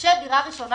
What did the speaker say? רוכשי דירה ראשונה